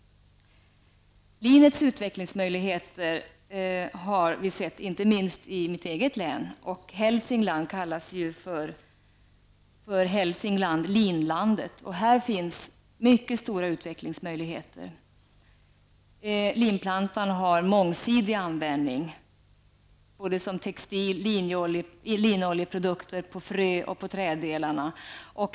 Linets utvecklingsmöjligheter har vi sett många exempel på, inte minst i mitt eget län, och Hälsingland kallas ju för Hälsingland -- linlandet. Här finns mycket stora utvecklingsmöjligheter. Linplantan har en mångsidig användning både som textil och i linoljeprodukter m.m.